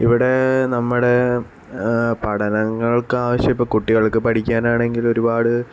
ഇവിടെ നമ്മുടെ പഠനങ്ങള്ക്കാവശ്യം ഇപ്പോൾ കുട്ടികള്ക്ക് പഠിക്കാനാണെങ്കില് ഒരുപാട്